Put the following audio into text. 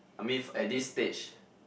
I mean f~ at this stage